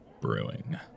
Brewing